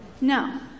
No